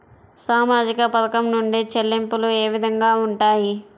సామాజిక పథకం నుండి చెల్లింపులు ఏ విధంగా ఉంటాయి?